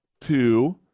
two